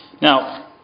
Now